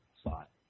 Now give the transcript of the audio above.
spot